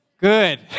Good